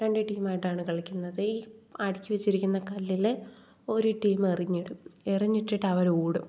രണ്ട് ടീം ആയിട്ടാണ് കളിക്കുന്നത് ഈ അടുക്കി വെച്ചിരിക്കുന്ന കല്ലിൽ ഒരു ടീം എറിഞ്ഞിടും എറിഞ്ഞിട്ടിട്ട് അവർ ഓടും